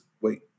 Wait